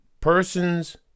Persons